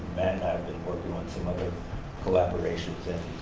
and have been working on some other collaborations and